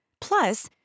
Plus